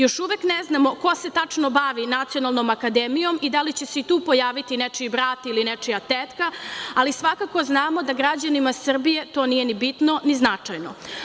Još uvek ne znamo ko se tačno bavi Nacionalnom akademijom i da li će se i tu pojaviti nečiji brat ili nečija tetka, ali svakako znamo da građanima Srbije to nije ni bitno, ni značajno.